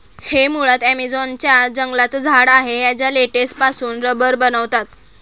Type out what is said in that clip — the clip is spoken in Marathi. हे मुळात ॲमेझॉन च्या जंगलांचं झाड आहे याच्या लेटेक्स पासून रबर बनवतात